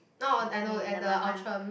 now or I know at the Outram